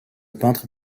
peintre